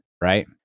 right